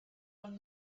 own